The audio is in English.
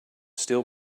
still